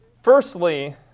Firstly